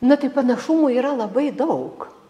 na tai panašumų yra labai daug